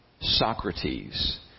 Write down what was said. Socrates